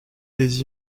des